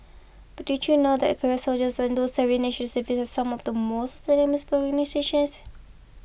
but did you know that career soldiers and those serving National Service some of the most outstanding mispronunciations